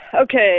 Okay